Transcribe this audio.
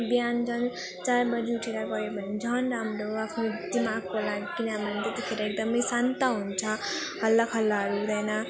बिहान झन् चार बजी उठेर गर्यो भने झन् राम्रो आफ्नो दिमागको लागि किनभने त्यतिखेर एकदम शान्त हुन्छ हल्ला खल्लाहरू हुँदैन